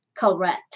Correct